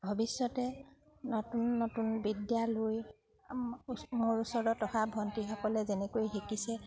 ভৱিষ্যতে নতুন নতুন বিদ্যালৈ মোৰ ওচৰত অহা ভণ্টিসকলে যেনেকৈ শিকিছে